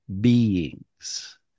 beings